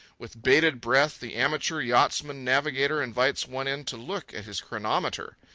with bated breath, the amateur yachtsman navigator invites one in to look at his chronometer.